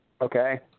Okay